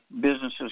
businesses